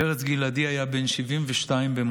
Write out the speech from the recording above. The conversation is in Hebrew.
פרץ גלעדי היה בן 72 במותו.